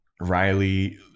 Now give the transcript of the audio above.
Riley